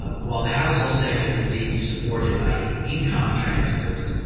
ah while the household sector is being supported by income transfers,